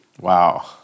Wow